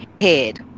head